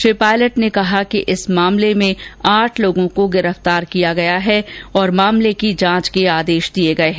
श्री पालयट ने कहा इस मामले में आठ लोगों को गिरफ्तार किया गया है और मामले की जांच के आदेष दिये गये हैं